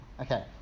Okay